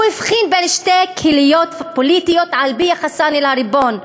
הוא הבחין בין שתי קהיליות פוליטיות על-פי יחסן אל הריבון: